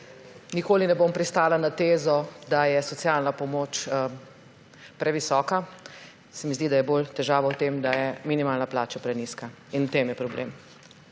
Nikoli ne bom pristala na tezo, da je socialna pomoč previsoka. Zdi se mi, da je bolj težava v tem, da je minimalna plača prenizka, in v tem je problem,